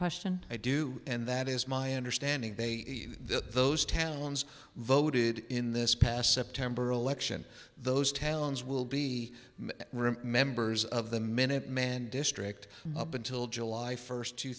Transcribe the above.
question i do and that is my understanding they that those towns voted in this past september election those towns will be members of the minutemen district up until july first two